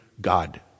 God